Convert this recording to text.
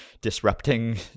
disrupting